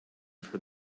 for